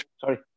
sorry